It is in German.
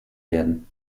werden